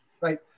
right